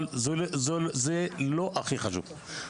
אבל זה לא הכי חשוב.